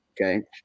okay